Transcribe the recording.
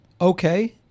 Okay